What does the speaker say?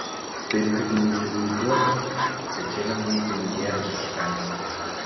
taip kad neįsivaizduokit kad čia lengvai pinigėlius užkalsit